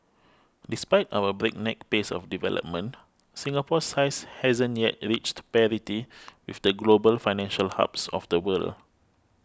despite our breakneck pace of development Singapore's size hasn't yet reached parity with the global financial hubs of the world